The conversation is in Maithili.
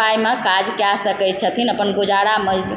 पाइमे काज कए सकय छथिन अपन गुजारा मज